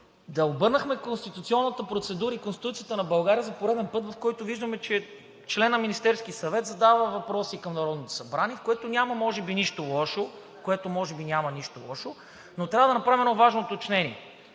Обърнахме конституционната процедура и Конституцията на България за пореден път, в който виждаме, че член на Министерския съвет задава въпроси към Народното събрание, в което може би няма нищо лошо, но трябва да направим едно важно уточнение.